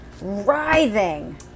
Writhing